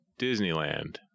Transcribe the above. Disneyland